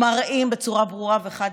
מראים בצורה ברורה וחד-משמעית: